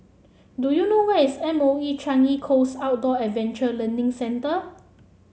do you know where is M O E Changi Coast Outdoor Adventure Learning Centre